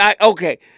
Okay